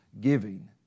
giving